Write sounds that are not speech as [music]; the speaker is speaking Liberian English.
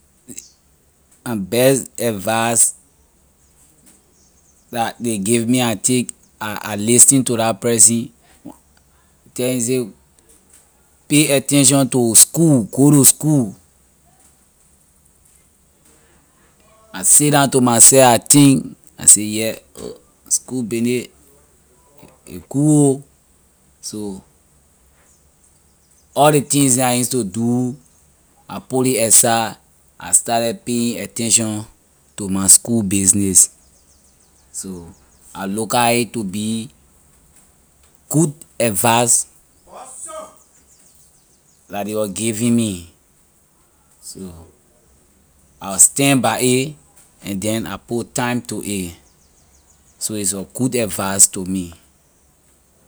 [hesitation] my best advise that ley give me I take I i listen to that person tell me say pay attention to school go to school I sit down to myself I think and say yeah [hesitation] school business a good ho so all ley things neh I use to do I put ley aside I started paying attention to my school business so I looka it to be good advise [noise] la ley was giving me so I will stand by a and then I put time to a so it’s a good advise to me.